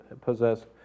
possess